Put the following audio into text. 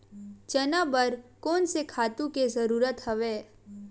चना बर कोन से खातु के जरूरत हवय?